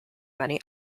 many